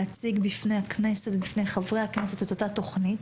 להציג שפני הכנסת ובפני חברי הכנסת את אותה התוכנית